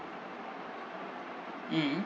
mm